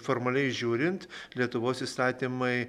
formaliai žiūrint lietuvos įstatymai